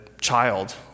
child